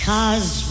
Cause